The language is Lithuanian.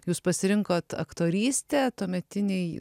jūs pasirinkot aktorystę tuometinėj